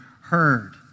heard